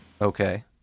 Okay